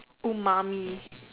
umami